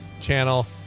channel